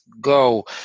go